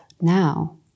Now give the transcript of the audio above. now